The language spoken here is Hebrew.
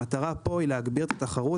המטרה פה היא להגביר את התחרות,